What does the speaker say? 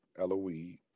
Eloise